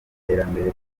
iterambere